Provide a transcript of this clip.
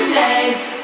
life